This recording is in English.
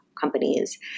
companies